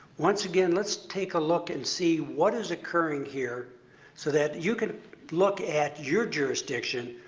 once again, let's take a look and see what is occurring here so that you can look at your jurisdiction,